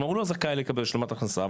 כלומר הוא לא זכאי לקבל השלמת הכנסה,